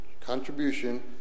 contribution